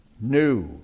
new